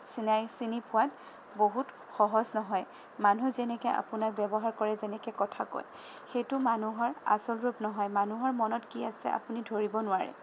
চিনাই চিনি পোৱাত বহুত সহজ নহয় মানুহ যেনেকৈ আপোনাক ব্যৱহাৰ কৰে যেনেকৈ কথা কয় সেইটো মানুহৰ আচল ৰূপ নহয় মানুহৰ মনত কি আছে আপুনি ধৰিব নোৱাৰে